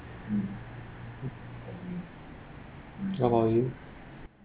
how about you